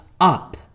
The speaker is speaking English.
up